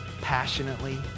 passionately